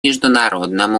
международном